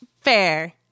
fair